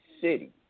city